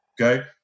okay